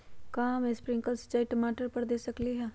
का हम स्प्रिंकल सिंचाई टमाटर पर दे सकली ह?